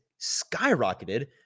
skyrocketed